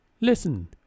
listen